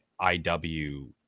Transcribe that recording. IW